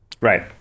right